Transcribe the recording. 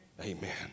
Amen